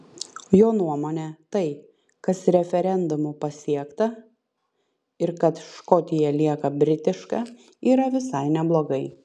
jo nuomone tai kas referendumu pasiekta ir kad škotija lieka britiška yra visai neblogai